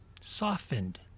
Softened